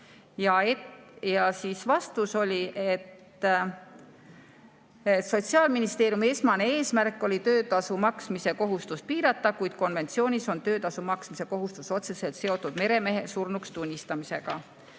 Ja vastus oli, et Sotsiaalministeeriumi esmane eesmärk on töötasu maksmise kohustust piirata, kuid konventsioonis on töötasu maksmise kohustus otseselt seotud meremehe surnuks tunnistamisega.